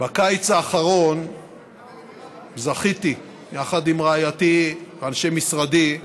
בקיץ האחרון זכיתי, יחד עם רעייתי ואנשי משרדי,